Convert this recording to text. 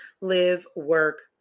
live-work-